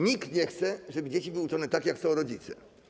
Nikt nie chce, żeby dzieci były uczone tak, jak chcą rodzice.